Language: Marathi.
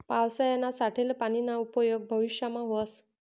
पावसायानं साठेल पानीना उपेग भविष्यमा व्हस